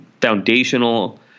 foundational